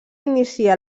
inicia